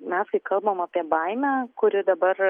mes kai kalbam apie baimę kuri dabar